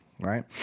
Right